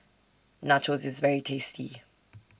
Nachos IS very tasty